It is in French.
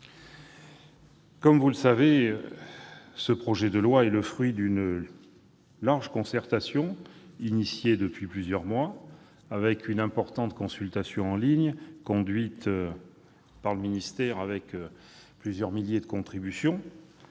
Comme vous le savez, ce projet de loi est le fruit d'une large concertation lancée depuis plusieurs mois. Une importante consultation en ligne a été conduite par le ministère et a donné lieu à plusieurs milliers de contributions.